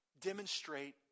demonstrate